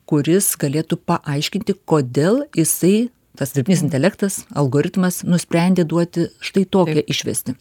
kuris galėtų paaiškinti kodėl jisai tas dirbtinis intelektas algoritmas nusprendė duoti štai tokią išvestį